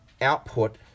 output